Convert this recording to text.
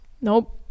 Nope